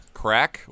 crack